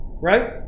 Right